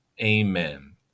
Amen